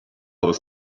was